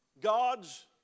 God's